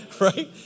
Right